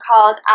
called